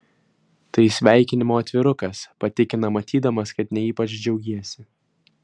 tai sveikinimo atvirukas patikina matydamas kad ne ypač džiaugiesi